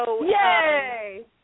Yay